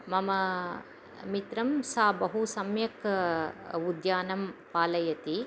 मम मित्रं सः बहु सम्यक् उद्यानं पालयति